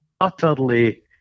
utterly